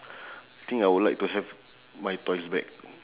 I think I would like to have my toys back